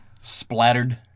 Splattered